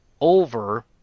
over